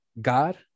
God